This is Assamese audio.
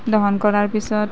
দহন কৰাৰ পিছত